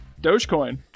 Dogecoin